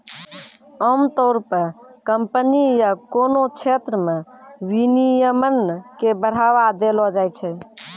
आमतौर पे कम्पनी या कोनो क्षेत्र मे विनियमन के बढ़ावा देलो जाय छै